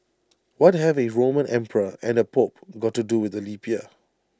what have A Roman emperor and A pope got to do with the leap year